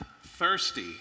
thirsty